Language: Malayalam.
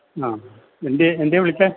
ആ എന്തിയെ എന്തിയെ വിളിച്ചത്